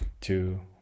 two